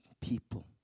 people